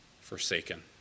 forsaken